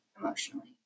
emotionally